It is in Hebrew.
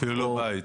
אפילו לא בית.